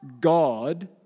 God